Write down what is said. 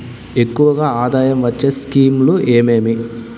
ఎక్కువగా ఆదాయం వచ్చే స్కీమ్ లు ఏమేమీ?